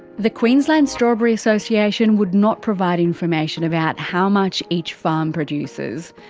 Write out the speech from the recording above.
the queensland strawberry association would not provide information about how much each farm produces.